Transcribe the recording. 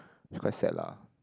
quite sad lah